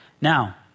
Now